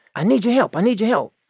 i need your help. i need your help.